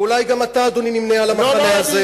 ואולי גם אתה, אדוני, נמנה עם המחנה הזה.